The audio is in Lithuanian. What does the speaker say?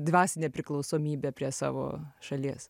dvasinė priklausomybė prie savo šalies